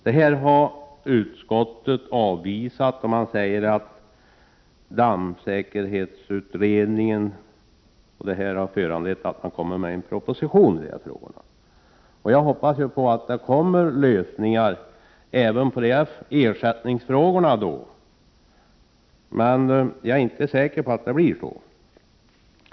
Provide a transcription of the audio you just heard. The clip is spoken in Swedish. Utskottet har avvisat den tanken; man säger att regeringen kommer med en proposition i de frågorna på grundval av dammsäkerhetsutredningens arbete. Jag hoppas att även ersättningsproblemen då får sin lösning. Men jag är inte säker på att det blir så.